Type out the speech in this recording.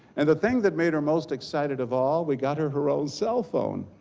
and the thing that made her most excited of all, we got her her own cell phone.